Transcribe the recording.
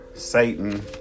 satan